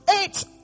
eight